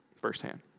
firsthand